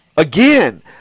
Again